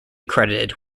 credited